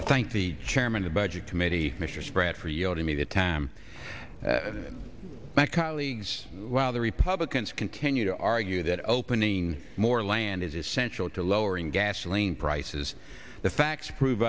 thank the chairman of budget committee mr spratt for you know to me the time back colleagues while the republicans continue to argue that opening more land is essential to lowering gasoline prices the facts prove